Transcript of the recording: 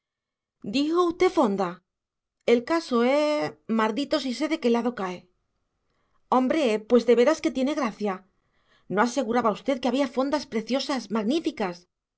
dijo usted fonda el caso es mardito si sé a qué lado cae hombre pues de veras que tiene gracia no aseguraba usted que había fondas preciosas magníficas